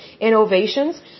innovations